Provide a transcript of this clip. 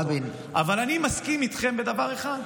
אבל אני מסכים איתכם בדבר אחד: